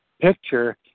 picture